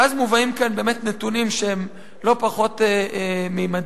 ואז מובאים כאן נתונים שהם לא פחות ממדהימים: